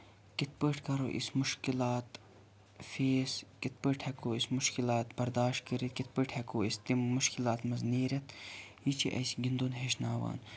کِتھٕ پٲٹھۍ کرو أسۍ مُشکِلات فیس کِتھٕ پٲٹھۍ ہیٚکَو أسۍ مُشکِلات برداشت کٔرِتھ کِتھٕ پٲٹھۍ ہیٚکَو أسۍ تِم مُشکِلاتن منٛز نیٖرِتھ یہِ چھِ اسہِ گِنٛدُن ہیٚچھناوان